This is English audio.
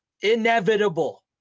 inevitable